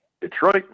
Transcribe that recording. Detroit